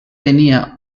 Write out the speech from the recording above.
tenia